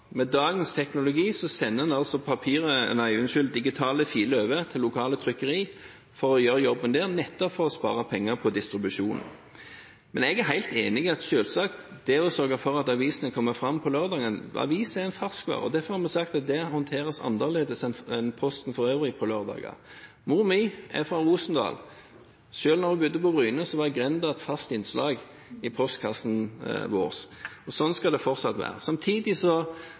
Med dagens teknologi sender en digitale filer over til lokale trykkerier for å få jobben gjort der, nettopp for å spare penger på distribusjonen. Jeg er selvsagt helt enig i at avisene bør komme fram på lørdagen. Avis er en ferskvare, og derfor har vi sagt at den skal håndteres annerledes enn posten for øvrig på lørdager. Moren min er fra Rosendal, og selv da hun bodde på Bryne, var Grenda fast innslag i postkassen vår. Sånn skal det fortsatt være. Samtidig